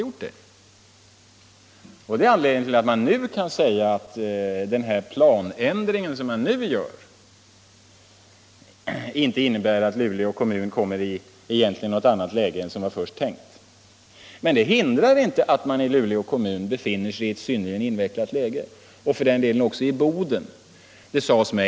Och det är anledningen till att man nu kan säga, att den planändring som görs inte innebär att Luleå kommun kommer i något annat läge än vad som först var tänkt. Men det hindrar inte att man i Luleå kommun nu befinner sig i ett synnerligen svårt läge — och det gör man för den delen också i Boden.